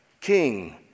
King